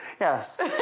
yes